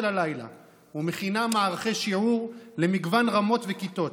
הלילה ומכינה מערכי שיעור למגוון רמות וכיתות,